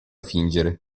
fingere